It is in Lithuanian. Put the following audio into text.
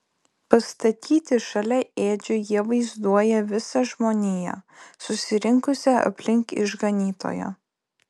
pastatyti šalia ėdžių jie vaizduoja visą žmoniją susirinkusią aplink išganytoją